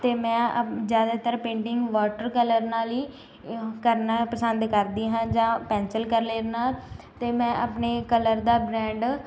ਅਤੇ ਮੈਂ ਅ ਜ਼ਿਆਦਾਤਰ ਪੇਂਟਿੰਗ ਵਾਟਰ ਕਲਰ ਨਾਲ ਹੀ ਕਰਨਾ ਪਸੰਦ ਕਰਦੀ ਹਾਂ ਜਾਂ ਪੈਂਸਲ ਕਲਰ ਨਾਲ ਅਤੇ ਮੈਂ ਆਪਣੇ ਕਲਰ ਦਾ ਬ੍ਰੈਂਡ